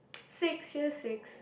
six sure six